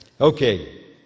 Okay